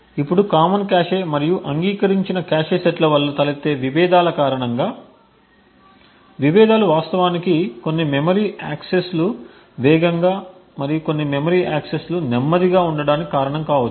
ఇప్పుడు common cache మరియు అంగీకరించిన కాష్ సెట్లవల్ల తలెత్తే విభేదాల కారణంగా విభేదాలు వాస్తవానికి కొన్ని మెమరీ యాక్సెస్ వేగంగా మరియు కొన్ని మెమరీ యాక్సెస్ నెమ్మదిగా ఉండటానికి కారణం కావచ్చు